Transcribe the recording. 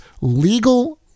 legal